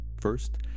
First